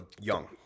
young